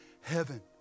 heaven